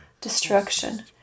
destruction